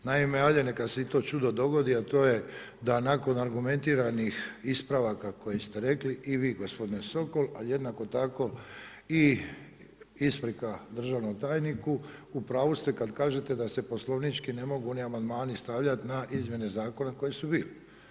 Naime, ajde neka se i to čudo dogodi, a to je, da nakon argumentiranih ispravaka koji ste rekli i vi gospodine Sokol, a jednako tako i isprika državnom tajniku, u pravu ste kad kažete da se ni poslovnički ne mogu ni amandmani stavljati na izmjene zakona koji su bili.